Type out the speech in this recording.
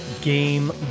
Game